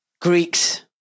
Greeks